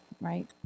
right